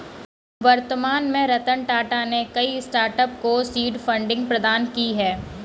वर्तमान में रतन टाटा ने कई स्टार्टअप को सीड फंडिंग प्रदान की है